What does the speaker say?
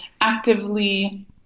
actively